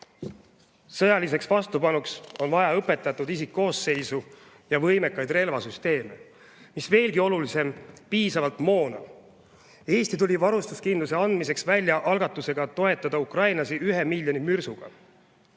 Sõjaliseks vastupanuks on vaja välja õpetatud isikkoosseisu ja võimekaid relvasüsteeme ning, veelgi olulisem, piisavalt moona. Eesti tuli varustuskindluse andmiseks välja algatusega toetada ukrainlasi 1 miljoni mürsuga.